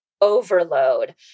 overload